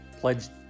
pledged